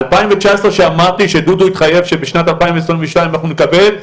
ב-2019 כשאמרתי שדודו התחייב שבשנת 2022 אנחנו נקבל,